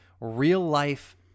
real-life